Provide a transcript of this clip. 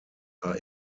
are